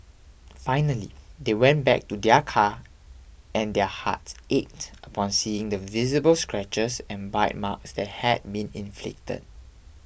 finally they went back to their car and their hearts ached upon seeing the visible scratches and bite marks that had been inflicted